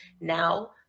now